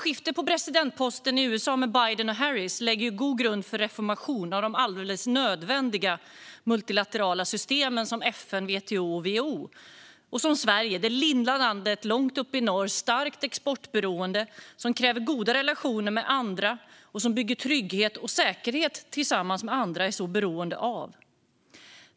Skiftet på presidentposten i USA med Biden och Harris lägger en god grund för reformer av de alldeles nödvändiga multilaterala systemen som FN, WTO och WHO, som Sverige, det lilla, starkt exportberoende landet långt uppe i norr, som kräver goda relationer med andra och som bygger trygghet och säkerhet tillsammans med andra, är så beroende av.